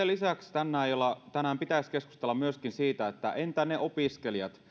lisäksi tänään pitäisi keskustella myöskin siitä että entä ne opiskelijat